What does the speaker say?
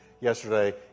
yesterday